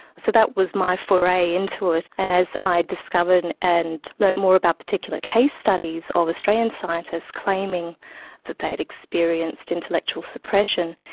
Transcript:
so that was my foray into it, and as i discovered and learned more about particular case-studies of australian scientists claiming that they'd experienced intellectual suppression,